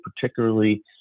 particularly